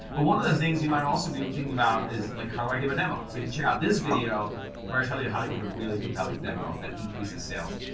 but one of the things you might also be thinking about is like, how do i give a demo? so you can check out this video where i tell you how to give a really compelling demo that increases sales.